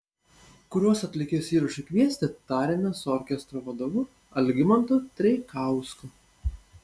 kuriuos atlikėjus įrašui kviesti tarėmės su orkestro vadovu algimantu treikausku